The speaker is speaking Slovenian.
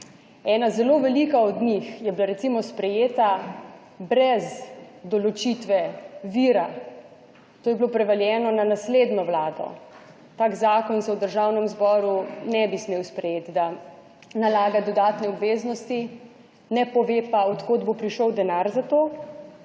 ena zelo velika od njih je bila recimo sprejeta brez določitve vira, to je bilo prevaljeno na naslednjo vlado. Tak zakon se v Državnem zboru ne bi smel sprejeti, da nalaga dodatne obveznosti, ne pove pa od kod bo prišel denar za to.